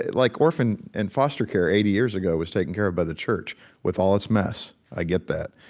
like orphan and foster care eighty years ago was taken care of by the church with all its mess. i get that.